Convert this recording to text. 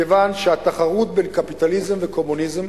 מכיוון שהתחרות בין קפיטליזם וקומוניזם